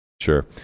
Sure